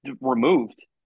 removed